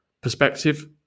perspective